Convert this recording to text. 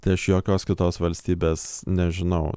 tai aš jokios kitos valstybės nežinau